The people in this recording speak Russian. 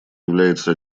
является